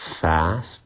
Fast